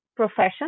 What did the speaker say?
Profession